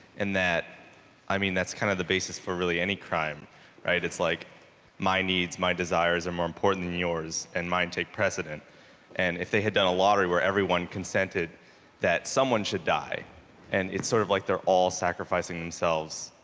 and that i mean that's kind of the basis for really any crime right? it's like my needs, my desire is a more important than yours and mine take precedent and if they had done a lottery were everyone consented that someone should die and it's sort of like they're all sacrificing themselves,